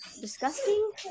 Disgusting